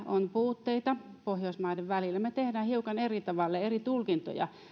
on puutteita pohjoismaiden välillä me teemme hiukan eri tavalla ja eri tulkintoja